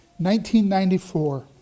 1994